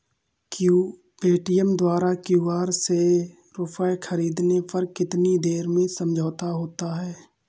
Paytm द्वारा QR से रूपए ख़रीदने पर कितनी देर में समझौता होता है?